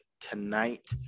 tonight